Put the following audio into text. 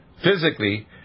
Physically